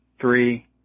Three